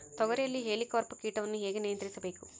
ತೋಗರಿಯಲ್ಲಿ ಹೇಲಿಕವರ್ಪ ಕೇಟವನ್ನು ಹೇಗೆ ನಿಯಂತ್ರಿಸಬೇಕು?